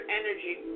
energy